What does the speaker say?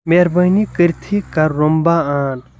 مہربٲنی کٔرِتھٕے کر رومبا آن